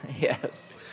yes